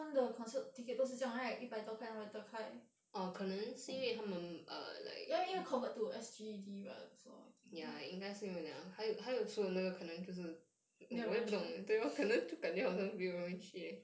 他们的 concert ticket 都是这样 right 一百多块两百多块 ya 因为 convert to S_G_D so I think 没有人要去看